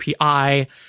API